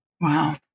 wow